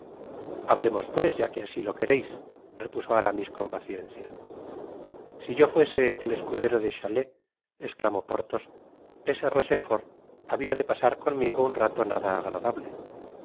hablemos pues ya que asi lo quereis repuso aramis con paciencia si yo fuese el escudero de chalnls esclamó porthos ese rochefort habia de pasar conmigo un rato nada agradable